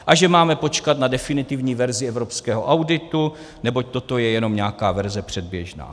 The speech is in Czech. A že máme počkat na definitivní verzi evropského auditu neboť toto je jenom nějaká předběžná verze.